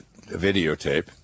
videotape